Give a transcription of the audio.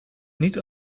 niet